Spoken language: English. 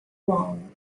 long